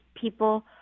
people